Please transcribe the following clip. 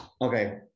Okay